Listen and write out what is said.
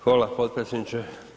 Hvala potpredsjedniče.